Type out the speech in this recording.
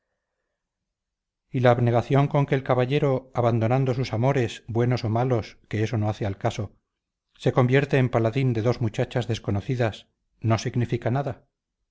y la abnegación con que el caballero abandonando sus amores buenos o malos que eso no hace al caso se convierte en paladín de dos muchachas desconocidas no significa nada